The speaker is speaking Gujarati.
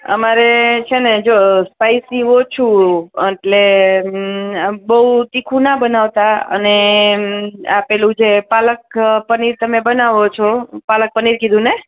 અમારે છેને જો સ્પાઈસી ઓછું એટલે આમ બહુ તીખું ના બનાવતા એટલે અને આ પેલું જે પાલક પનીર તમે બનાવો છો પાલક પનીર કીધું ને